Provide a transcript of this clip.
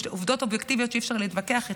יש עובדות אובייקטיביות שאי-אפשר להתווכח עליהן.